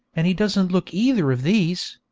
and he doesn't look either of these.